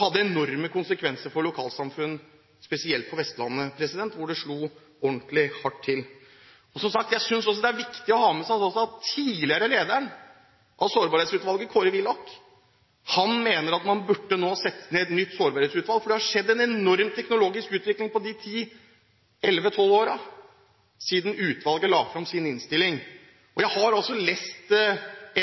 hadde enorme konsekvenser for lokalsamfunn, spesielt på Vestlandet hvor det slo ordentlig hardt til. Som sagt synes jeg også det er viktig å ha med seg at den tidligere lederen av Sårbarhetsutvalget, Kåre Willoch, mener at man nå burde sette ned et nytt sårbarhetsutvalg, for det har skjedd en enorm teknologisk utvikling på de ti–elleve–tolv årene siden utvalget la fram sin innstilling. Jeg har også lest